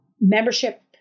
membership